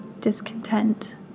discontent